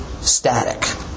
static